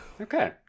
Okay